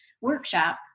workshop